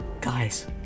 Guys